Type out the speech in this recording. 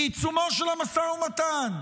בעיצומו של המשא ומתן,